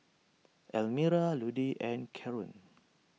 Elmira Ludie and Caron